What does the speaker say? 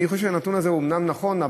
אני חושב שהנתון הזה אומנם נכון,